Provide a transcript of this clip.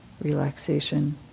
relaxation